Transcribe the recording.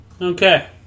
okay